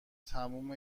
تموم